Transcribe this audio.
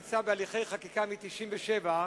נמצא בהליכי חקיקה מ-1997,